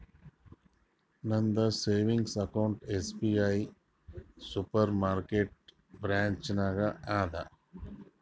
ನಂದ savings account SBI supermarket branch ನಾಗ್ ಅದಾ